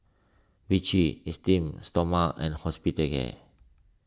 Vichy Esteem Stoma and